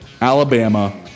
Alabama